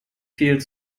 viel